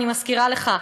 אני מזכירה לך,